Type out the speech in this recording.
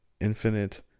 infinite